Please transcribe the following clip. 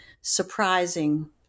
surprising